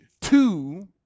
two